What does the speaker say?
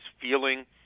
feeling